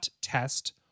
test